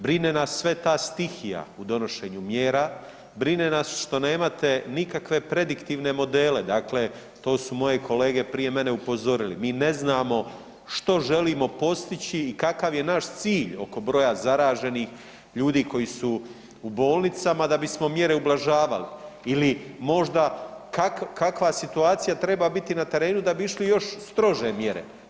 Brine nas sve ta stihija u donošenju mjera, brine nas što nemate nikakve produktivne modele, dakle to su moje kolege prije mene upozorili …./ .0 mi ne znamo što želimo postići i kakav je naš cilj oko broja zaraženih ljudi koji su u bolnicama da bismo mjere ublažavali ili možda kakva situacija treba biti na terenu da bi išle još strože mjere.